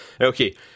okay